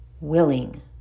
willing